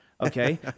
Okay